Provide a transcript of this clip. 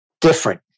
Different